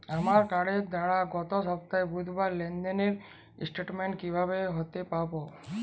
আমার কার্ডের দ্বারা গত সপ্তাহের বুধবারের লেনদেনের স্টেটমেন্ট কীভাবে হাতে পাব?